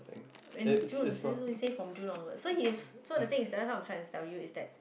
in June she only say from June onward so he so the thing that so that's why I'm trying to tell you is that